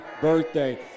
birthday